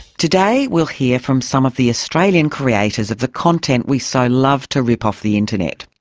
today we'll hear from some of the australian creators of the content we so love to rip off the internet.